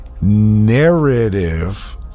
narrative